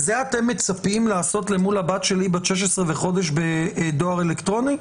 אתם מצפים לעשות למול הבת שלי בת 16 וחודש בדואר אלקטרוני?